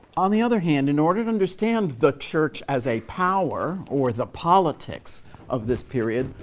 on the other hand, in order to understand the church as a power or the politics of this period,